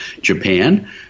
Japan